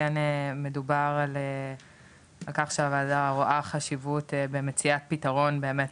כן מדובר על כך שהוועדה רואה חשיבות במציאת פתרון באמת